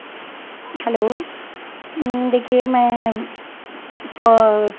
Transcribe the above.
hello دیکھیے میں پا